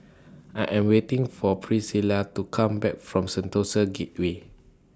I Am waiting For Priscila to Come Back from Sentosa Gateway